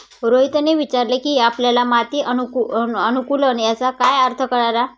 रोहितने विचारले की आपल्याला माती अनुकुलन याचा काय अर्थ कळला?